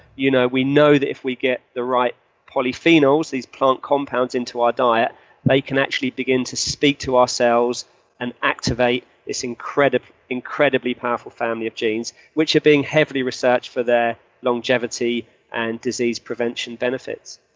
you know we know that if we get the right polyphenols, these plant compounds, into our diet they can actually begin to speak to our cells and activate this incredibly incredibly powerful family of genes, which are being heavily researched for their longevity and disease prevention benefits